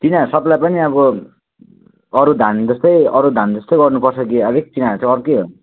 यिनीहरू सबैलाई पनि अब अरू धान जस्तै अरू धान जस्तै गर्नुपर्छ कि अलिक तिनीहरू चाहिँ अर्कै हो